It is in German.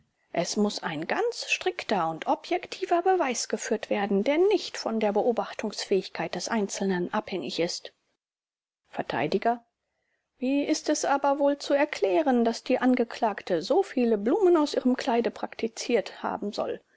es muß ein ganz strikter und objektiver beweis geführt werden der nicht von der beobachtungsfähigkeit des einzelnen abhängig ist vert wie ist es aber wohl zu erklären daß die angeklagte so viele blumen aus ihrem kleide praktiziert ziert haben soll